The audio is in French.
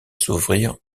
s’ouvrir